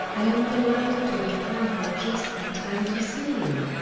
i am delighted to have come here just in time to see you.